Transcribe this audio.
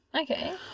okay